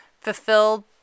fulfilled